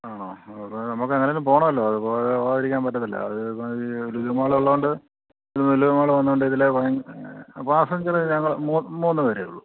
ആ അത് നമുക്ക് എങ്ങനെയെങ്കിലും പോവണമല്ലോ അത് പോവാതിരിക്കാൻ പറ്റത്തില്ല അത് ലുലു മാൾ ഉള്ളതുകൊണ്ട് ലുലു മാള് വന്നതുകൊണ്ട് ഇതിൽ പാസഞ്ചറ് ഞങ്ങൾ മൂന്ന് പേരേ ഉള്ളൂ